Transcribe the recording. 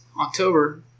October